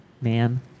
Man